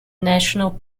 national